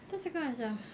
terus aku macam